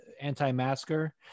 anti-masker